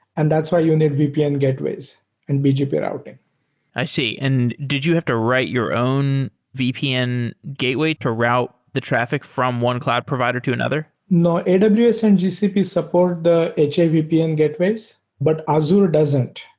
and that's why you need vpn gateways and bgp routing i see. and did you have to write your own vpn gateway to route the traffic from one cloud provider to another? no. and aws so and gcp support the ha vpn gateways, but azure doesn't.